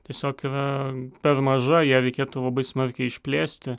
tiesiog yra per maža ją reikėtų labai smarkiai išplėsti